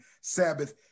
Sabbath